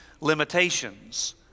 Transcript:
limitations